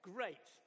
Great